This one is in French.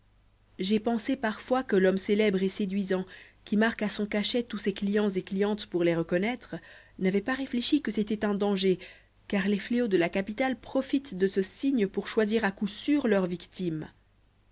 j'ai pensé parfois que l'homme célèbre et séduisant qui marque à son cachet tous ses clients et clientes pour les reconnaître n'avait pas réfléchi que c'était un danger car les fléaux de la capitale profitent de ce signe pour choisir à coup sûr leurs victimes